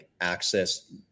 access